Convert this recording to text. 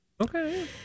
Okay